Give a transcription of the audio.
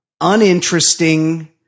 uninteresting